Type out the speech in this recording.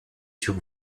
sur